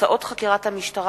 ותוצאות חקירת המשטרה,